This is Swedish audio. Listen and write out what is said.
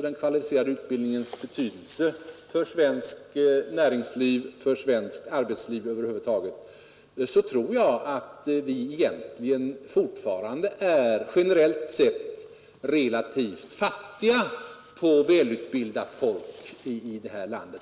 den kvalificerade utbildningens betydelse för svenskt näringsliv och för svenskt arbetsliv över huvud taget så tror jag att vi egentligen fortfarande är, generellt sett, relativt fattiga på välutbildat folk i det här landet.